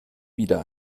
wieder